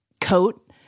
coat